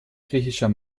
griechischer